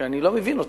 שאני לא מבין אותה.